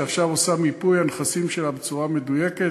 שעכשיו עושה מיפוי נכסים בצורה מדויקת,